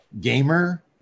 gamer